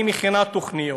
אני מנסה להכין תוכניות.